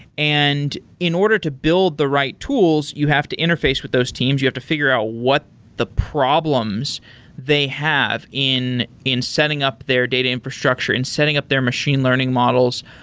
and in order to build the right tools, you have to interface with those teams. you have to figure out what the problems they have in in setting up their data infrastructure, in setting up their machine learning models.